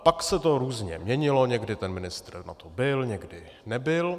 Pak se to různě měnilo, někdy ten ministr na to byl, někdy nebyl.